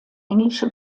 englische